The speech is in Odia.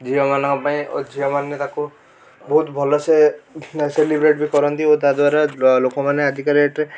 ଝିଅମାନଙ୍କ ପାଇଁ ଓ ଝିଅମାନେ ତାକୁ ବହୁତ ଭଲ ସେ ସେଲିବ୍ରେଟ୍ ବି କରନ୍ତି ଓ ତା ଦ୍ୱାରା ଲ ଲୋକମାନେ ଆଜିକା ଡେଟ୍ ରେ